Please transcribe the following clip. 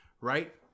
right